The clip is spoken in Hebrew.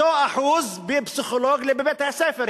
אותו אחוז בפסיכולוג בבתי-הספר.